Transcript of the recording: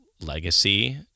legacy